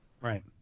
Right